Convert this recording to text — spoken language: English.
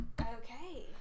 okay